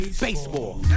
Baseball. (